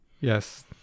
Yes